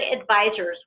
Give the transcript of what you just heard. Advisors